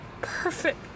perfect